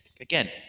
again